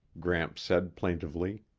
gramps said plaintively.